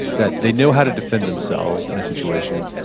that they know how to defend themselves in a situation,